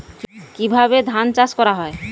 কিভাবে ধান চাষ করা হয়?